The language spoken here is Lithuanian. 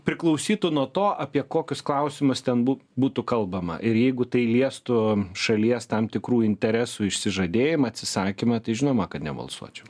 priklausytų nuo to apie kokius klausimus ten būt būtų kalbama ir jeigu tai liestų šalies tam tikrų interesų išsižadėjimą atsisakymą tai žinoma kad nebalsuočiau